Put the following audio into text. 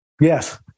Yes